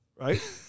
right